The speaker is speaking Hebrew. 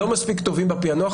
לא מספיק טובים בפענוח.